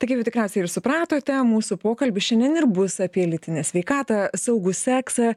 taigi jau tikriausiai ir supratote mūsų pokalbis šiandien ir bus apie lytinę sveikatą saugų seksą